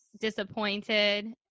Disappointed